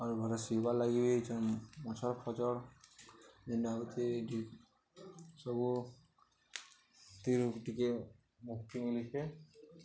ଆରୁ ଭଲା ଶୋଇବାର୍ ଲାଗି ବି ଅଛନ୍ ଯେନ୍ ମଛାର ଫଜଳ ଯେଣ୍ଡାହୁତି ସବୁ ତତି ରପ ଟିକେ ମୁକ୍ତି ମିଳିଖେ